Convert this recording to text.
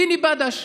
פיני בדש.